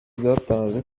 byatangaje